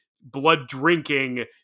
blood-drinking